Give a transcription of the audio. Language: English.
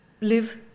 live